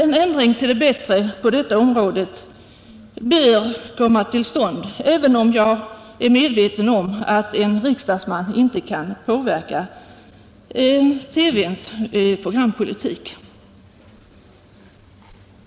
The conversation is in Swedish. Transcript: En ändring till det bättre på detta område bör komma till stånd — även om jag är medveten om att en riksdagsman inte kan påverka TV:s programpolitik.